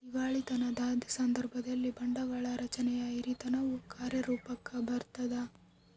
ದಿವಾಳಿತನದ ಸಂದರ್ಭದಲ್ಲಿ, ಬಂಡವಾಳ ರಚನೆಯ ಹಿರಿತನವು ಕಾರ್ಯರೂಪುಕ್ಕ ಬರತದ